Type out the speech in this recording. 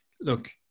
look